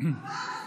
עבר הזמן.